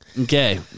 Okay